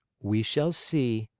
we shall see.